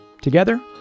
Together